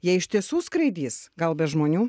jie iš tiesų skraidys gal be žmonių